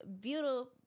beautiful